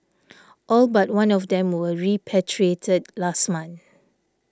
all but one of them were repatriated last month